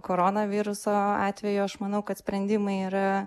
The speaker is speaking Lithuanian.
koronaviruso atveju aš manau kad sprendimai yra